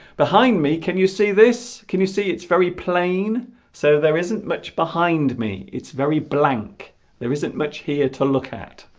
behind me can you see this can you see it's very plain so there isn't much behind me it's very blank there isn't much here to look at